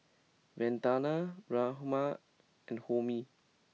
Vandana Ramnath and Homi